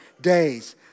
days